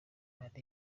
amande